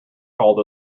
called